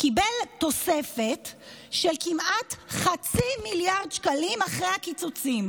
קיבל תוספת של כמעט 0.5 מיליארד שקלים אחרי הקיצוצים.